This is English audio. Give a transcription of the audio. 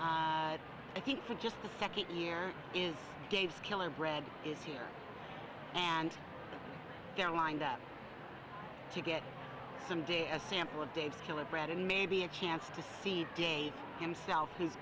a i think for just the second year is gaves killer bread is here and they're lined up to get some day a sample of dave's killer bread and maybe a chance to see himself he's